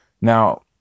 Now